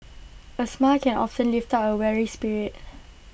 A smile can often lift up A weary spirit